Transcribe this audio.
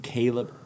Caleb